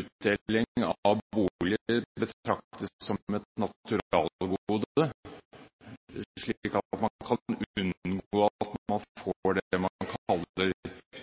utdeling av boliger betraktet som et naturalgode, slik at man kan unngå at man får det man